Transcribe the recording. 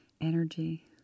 energy